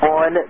on